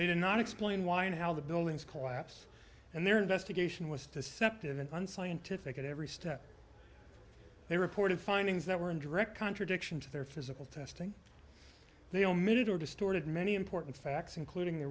they did not explain why and how the buildings collapsed and their investigation was to sept of unscientific at every step they reported findings that were in direct contradiction to their physical testing they omitted or distorted many important facts including the